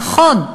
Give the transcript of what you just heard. נכון,